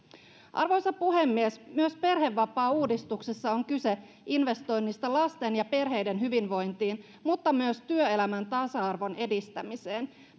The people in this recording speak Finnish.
arvoisa puhemies myös perhevapaauudistuksessa on kyse investoinnista lasten ja perheiden hyvinvointiin mutta myös työelämän tasa arvon edistämiseen